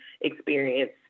experience